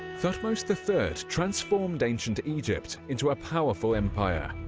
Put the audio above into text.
thutmose the third transformed ancient egypt into a powerful empire,